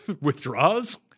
Withdraws